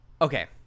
Okay